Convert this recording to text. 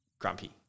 grumpy